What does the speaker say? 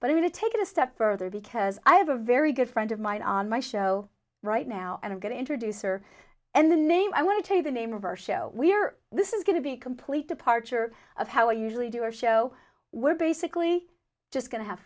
but i want to take it a step further because i have a very good friend of mine on my show right now and i'm going to introduce or and the name i want to take the name of our show we're this is going to be a complete departure of how i usually do our show we're basically just going to have